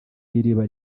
iriba